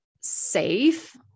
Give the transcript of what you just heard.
safe